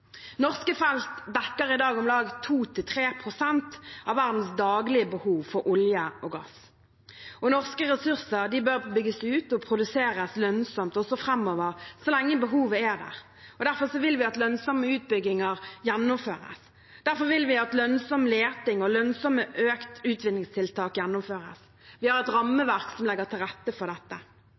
Norske felt dekker i dag om lag 2–3 pst. av verdens daglige behov for olje og gass. Norske ressurser bør bygges ut og produseres lønnsomt også framover, så lenge behovet er der. Derfor vil vi at lønnsomme utbygginger gjennomføres, og derfor vil vi at lønnsom leting og lønnsomme tiltak for økt utvinning gjennomføres. Vi har et rammeverk som legger til rette for dette.